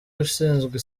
ushinzwe